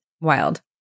wild